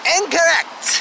Incorrect